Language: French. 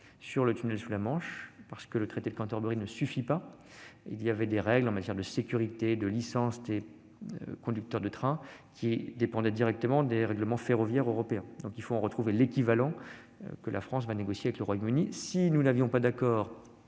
au tunnel sous la Manche. En effet, le traité de Canterbury ne suffit pas : certaines règles en matière de sécurité ou les licences des conducteurs de train dépendent directement des règlements ferroviaires européens. Il faut donc trouver un équivalent, que la France va négocier avec le Royaume-Uni. Si nous n'aboutissions pas à un accord,